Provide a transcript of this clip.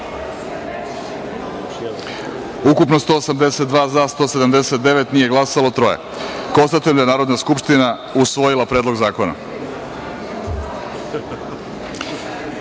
ukupno – 182, za – 179, nije glasalo –troje. Konstatujem da je Narodna skupština usvojila Predlog